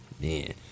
man